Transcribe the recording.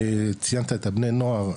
ציינת את בני הנוער,